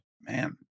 Man